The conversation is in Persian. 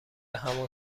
همون